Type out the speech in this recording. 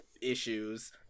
issues